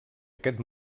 aquest